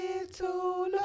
little